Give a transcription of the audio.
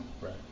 Right